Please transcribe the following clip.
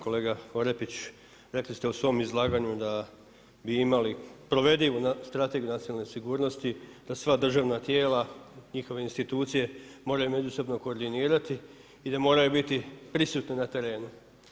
Kolega Orepić, rekli ste u svom izlaganju da bi imali provedivu strategiju nacionalne sigurnosti da sva državna tijela, njihove institucije moraju međusobno koordinirati i da moraju biti prisutni u terenu.